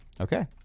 Okay